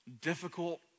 difficult